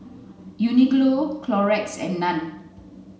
Uniqlo Clorox and Nan